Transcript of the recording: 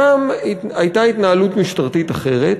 שם הייתה התנהלות משטרתית אחרת.